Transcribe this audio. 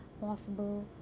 possible